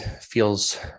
feels